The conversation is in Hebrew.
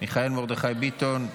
מיכאל מרדכי ביטון,